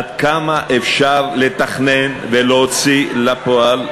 עד כמה אפשר לתכנן ולהוציא לפועל,